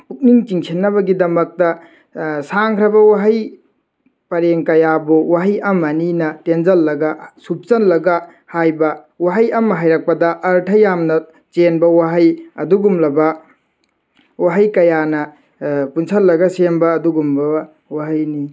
ꯄꯨꯛꯅꯤꯡ ꯆꯤꯡꯁꯤꯟꯅꯕꯒꯤꯗꯃꯛꯇ ꯁꯥꯡꯈ꯭ꯔꯕ ꯋꯥꯍꯩ ꯄꯔꯦꯡ ꯀꯌꯥꯕꯨ ꯋꯥꯍꯩ ꯑꯃꯅꯤꯅ ꯇꯦꯟꯖꯜꯂꯒ ꯁꯨꯞꯆꯜꯂꯒ ꯍꯥꯏꯕ ꯋꯥꯍꯩ ꯑꯃ ꯍꯥꯏꯔꯛꯄꯗ ꯑꯔꯊ ꯌꯥꯝꯅ ꯆꯦꯟꯕ ꯋꯥꯍꯩ ꯑꯗꯨꯒꯨꯝꯂꯕ ꯋꯥꯍꯩ ꯀꯌꯥꯅ ꯄꯨꯟꯁꯤꯜꯂꯒ ꯁꯦꯝꯕ ꯑꯗꯨꯒꯨꯝꯕ ꯋꯥꯍꯩꯅꯤ